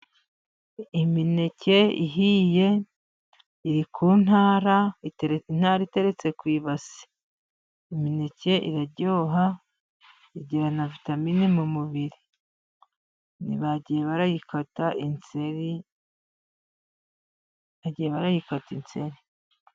Imineke ihiye iri ku ntara. Intare iteretse ku ibase. Imineke iraryoha igira na vitamine mu mubiri . Bagiye barayikata inseri, bagiye barayikata inseri.